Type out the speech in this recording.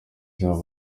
cyabo